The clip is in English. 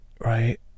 right